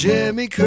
Jimmy